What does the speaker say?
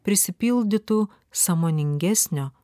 prisipildytų sąmoningesnio